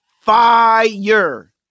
Fire